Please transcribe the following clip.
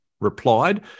replied